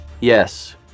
Yes